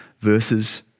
verses